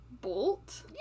Bolt